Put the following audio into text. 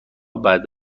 بعد